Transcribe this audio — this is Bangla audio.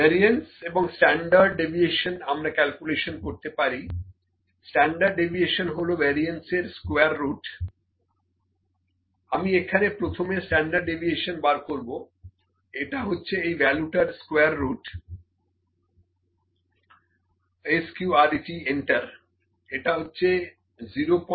ভ্যারিয়েন্স এবং স্ট্যান্ডার্ড ডেভিয়েশন আমরা ক্যালকুলেশন করতে পারি স্ট্যান্ডার্ড ডেভিয়েশন হলো ভ্যারিয়েন্স এর স্কোয়ার রুট আমি এখানে প্রথমে স্ট্যান্ডার্ড ডেভিয়েশন বার করবো এটা হচ্ছে এই ভ্যালুটার স্কোয়ার রুট SQRT এন্টার এটা হচ্ছে 0 02